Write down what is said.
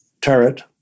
turret